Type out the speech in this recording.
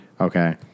Okay